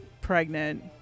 pregnant